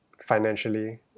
financially